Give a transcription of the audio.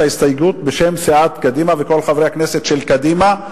ההסתייגות בשם סיעת קדימה וכל חברי הכנסת של קדימה,